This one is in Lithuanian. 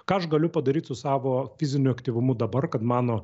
ką aš galiu padaryt su savo fiziniu aktyvumu dabar kad mano